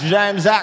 James